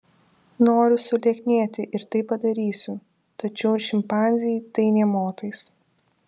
noriu sulieknėti ir tai padarysiu tačiau šimpanzei tai nė motais